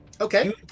Okay